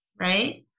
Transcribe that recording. right